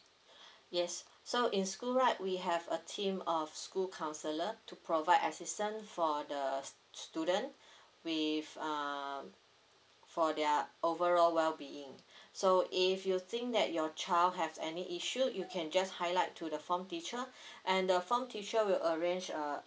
yes so in school right we have a team of school counsellor to provide assistance for the student with um for their overall well being so if you think that your child have any issue you can just highlight to the form teacher and the form teacher will arrange uh